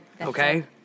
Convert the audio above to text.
Okay